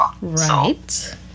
right